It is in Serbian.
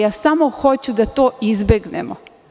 Ja samo hoću da to izbegnemo.